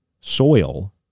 soil